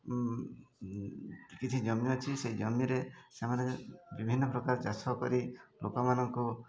କିଛି ଜମି ଅଛି ସେଇ ଜମିରେ ସେମାନେ ବିଭିନ୍ନ ପ୍ରକାର ଚାଷ କରି ଲୋକମାନଙ୍କୁ